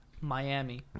Miami